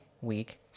week